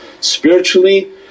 Spiritually